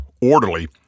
orderly